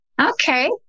Okay